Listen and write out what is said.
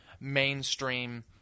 mainstream